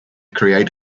create